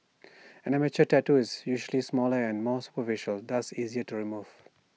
an amateur tattoo is usually smaller and more superficial thus easier to remove